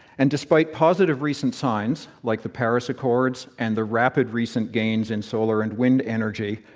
and despite positive recent signs, like the paris accords and the rapid recent gains in solar and wind energy,